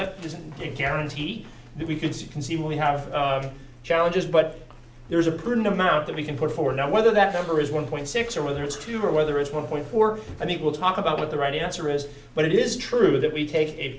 that doesn't guarantee that we could see can see we have challenges but there is a prudent amount that we can put forward now whether that number is one point six or whether it's two or whether it's one point four i think we'll talk about what the right answer is but it is true that we take a